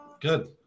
good